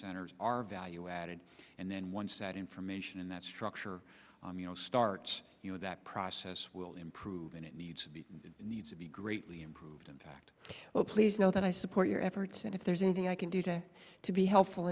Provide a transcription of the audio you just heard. centers are value added and then once that information in that structure you know starts you know that process will improve and it needs to be needs to be greatly improved in fact well please know that i support your efforts and if there's anything i can do today to be helpful